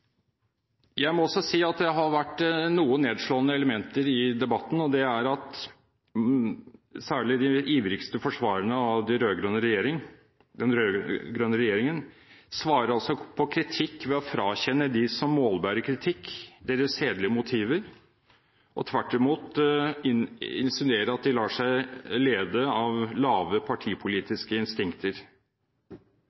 Jeg må også si at det har vært noen nedslående elementer i debatten, og det er at særlig de ivrigste forsvarerne av den rød-grønne regjeringen svarer på kritikk ved å frakjenne dem som målbærer kritikk deres hederlige motiver og tvert imot insinuerer at de lar seg lede av lave